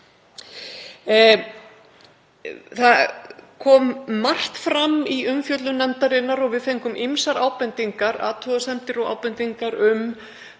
Það kom margt fram í umfjöllun nefndarinnar og við fengum ýmsar athugasemdir og ábendingar um